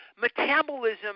metabolism